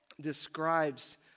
describes